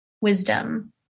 wisdom